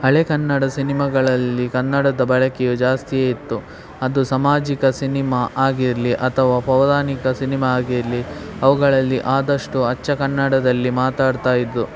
ಹಳೆಯ ಕನ್ನಡ ಸಿನಿಮಗಳಲ್ಲಿ ಕನ್ನಡದ ಬಳಕೆಯು ಜಾಸ್ತಿಯೇ ಇತ್ತು ಅದು ಸಾಮಾಜಿಕ ಸಿನಿಮಾ ಆಗಿರಲಿ ಅಥವಾ ಪೌರಾಣಿಕ ಸಿನಿಮಾ ಆಗಿರಲಿ ಅವುಗಳಲ್ಲಿ ಆದಷ್ಟು ಅಚ್ಚ ಕನ್ನಡದಲ್ಲಿ ಮಾತಾಡ್ತಾ ಇದ್ದರು